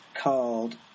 called